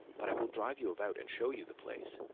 but i will drive you about and show you the place.